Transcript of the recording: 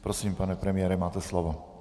Prosím, pane premiére, máte slovo.